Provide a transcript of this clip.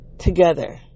together